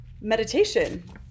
meditation